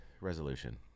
resolution